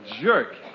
jerk